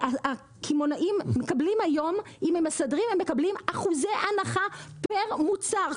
אם הקמעונאים מסדרים לבד הם מקבלים אחוזי הנחה לפי מוצר,